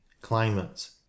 Climate